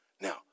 Now